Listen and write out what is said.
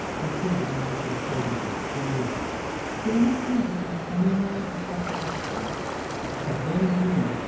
he couldn't acknowledge their presence in any way danny can't address anyone except the commissioners at danny's hearing,